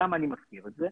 למה אני מזכיר את זה?